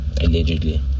allegedly